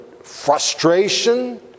frustration